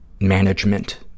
management